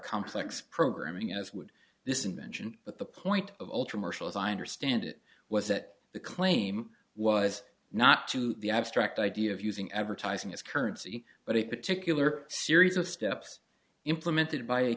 complex programming as would this invention but the point of ultra martial as i understand it was that the claim was not to the abstract idea of using advertising as currency but a particular series of steps implemented by